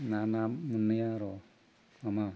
ना ना मोननायार' मामा